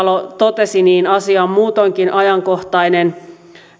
edustaja juhantalo totesi asia on muutoinkin ajankohtainen